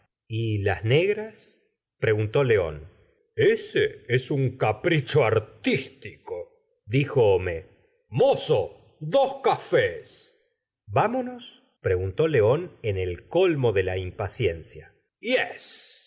y las negras preguntó león ese es un capricho artístico dijo homais mozo dos cafés vámonos preguntó león en el colmo de la impaciencia yes